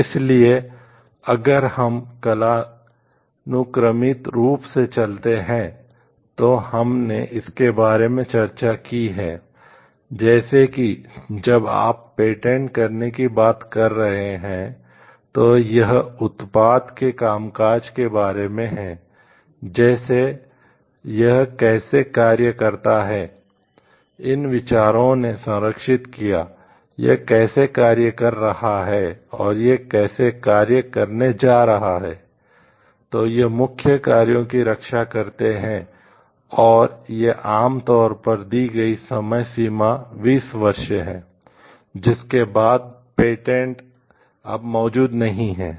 इसलिए अगर हम कालानुक्रमिक रूप से चलते हैं तो हमने इसके बारे में चर्चा की है जैसे कि जब आप पेटेंट अब मौजूद नहीं है